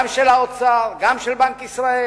גם של האוצר, גם של בנק ישראל,